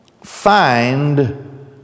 find